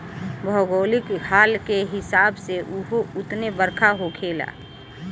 भौगोलिक हाल के हिसाब से उहो उतने बरखा होखेला